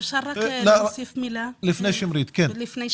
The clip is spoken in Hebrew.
אפשר רק להוסיף מילה לפני שמרית?